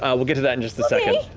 um we'll get to that in just a second.